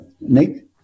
Nick